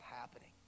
happening